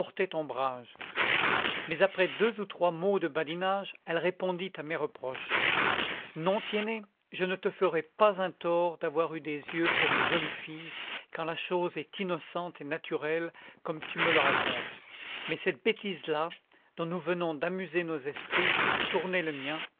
ombrage mais après deux ou trois mots de badinage elle répondit à mes reproches non tiennet je ne te ferai pas un tort d'avoir eu des yeux pour une jolie fille quand la chose est innocente et naturelle comme tu me la racontes mais cette bêtise là dont nous venons d'amuser nos esprits a tourné le mien